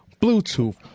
Bluetooth